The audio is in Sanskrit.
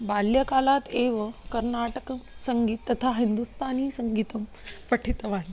बाल्यकालात् एव कर्नाटकसङ्गीतं तथा हिन्दुस्थानीसङ्गीतं पठितवान्